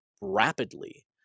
rapidly